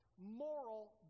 Moral